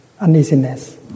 Uneasiness